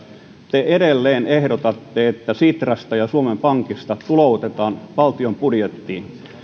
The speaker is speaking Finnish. te edelleen ehdotatte että sitrasta ja suomen pankista tuloutetaan valtion budjettiin